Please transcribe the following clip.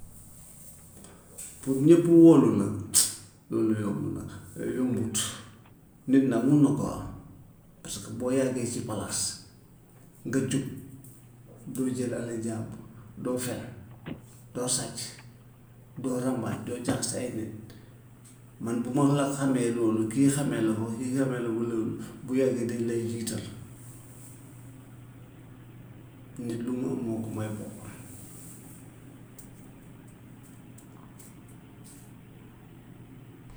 pour ñëpp wóolu la loolu yomb na la yombut, nit nag mun na koo am, parce que boo yàggee si palaas nga jub doo jël alalu jàmbur, doo fen, doo sàcc, doo rambaaj, doo jaxase ay nit, man bu ma la xamee loolu kii xamee la ko, kii xamee la ba loolu bu yàggee dañ lay jiital. Nit lu mu am moo ko may boppam.